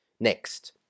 Next